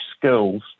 skills